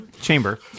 chamber